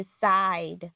decide